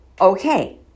okay